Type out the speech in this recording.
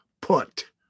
put